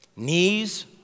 Knees